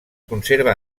conserva